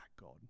God